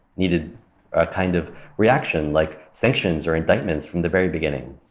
needed a kind of reaction like sanctions or indictments from the very beginning.